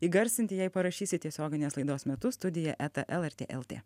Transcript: įgarsinti jei parašysit tiesioginės laidos metu studija eta lrt lt